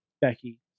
Becky